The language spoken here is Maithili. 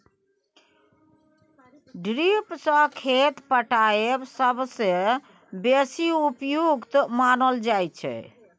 ड्रिप सँ खेत पटाएब सबसँ बेसी उपयुक्त मानल जाइ छै